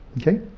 Okay